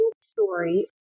story